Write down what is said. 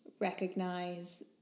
recognize